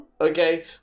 okay